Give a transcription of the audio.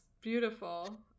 Beautiful